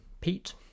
pete